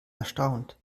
erstaunt